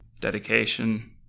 dedication